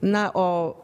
na o